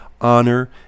honor